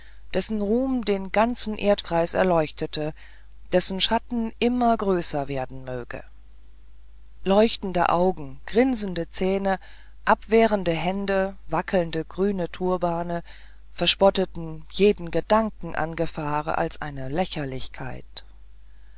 dessen ruhm den ganzen erdkreis erleuchtete dessen schatten immer größer werden möge leuchtende augen grinsende zähne abwehrende hände wackelnde grüne turbane verspotteten jeden gedanken an gefahr als eine lächerlichkeit